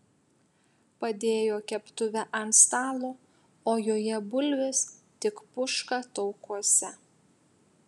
padėjo keptuvę ant stalo o joje bulvės tik puška taukuose